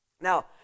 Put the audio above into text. Now